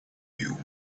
you